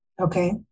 Okay